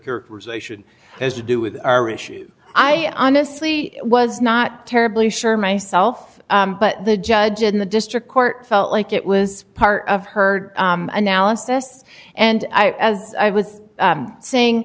characterization has to do with our issue i honestly was not terribly sure myself but the judge in the district court felt like it was part of her analysis and i as i was saying